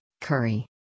curry